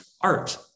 art